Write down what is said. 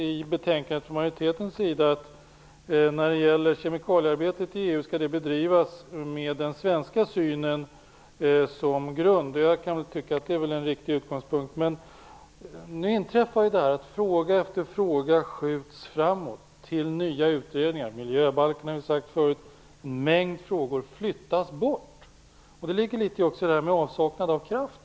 I betänkandet menar majoriteten att kemikaliearbetet i EU skall bedrivas med den svenska synen som grund, och det är väl en riktig utgångspunkt. Men nu inträffar detta att fråga efter fråga skjuts framåt, till nya utredningar. Ett exempel är miljöbalken, som vi har nämnt. Detta är också något som ligger i begreppet avsaknad av kraft.